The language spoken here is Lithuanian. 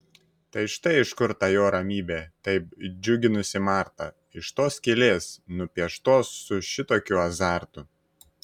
tai štai iš kur ta jo ramybė taip džiuginusi martą iš tos skylės nupieštos su šitokiu azartu